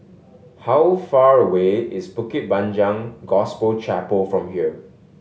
how far away is Bukit Panjang Gospel Chapel from here